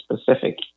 specific